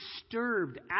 disturbed